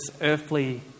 earthly